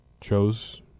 chose